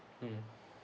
mm